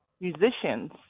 musicians